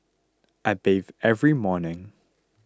I bathe every morning